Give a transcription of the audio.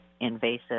invasive